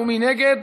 מי נגד?